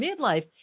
Midlife